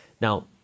Now